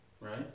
Right